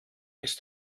ist